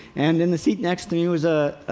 and in the seat next to me was a